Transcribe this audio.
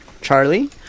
Charlie